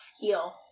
heal